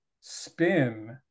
spin